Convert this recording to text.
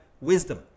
wisdom